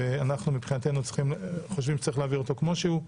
ולכן אנחנו חושבים שצריך להעביר אותו כמו שהוא.